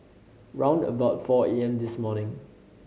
round about four A M this morning